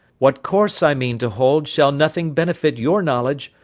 what course i mean to hold shall nothing benefit your knowledge,